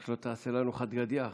רק שלא תעשה לנו חד גדיא עכשיו.